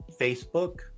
facebook